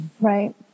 Right